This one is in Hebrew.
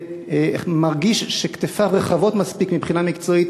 ומרגיש שכתפיו רחבות מספיק מבחינה מקצועית